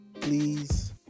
please